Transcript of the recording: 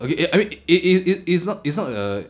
okay I I mean it is it is not is not a